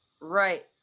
Right